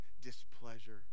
displeasure